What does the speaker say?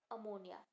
ammonia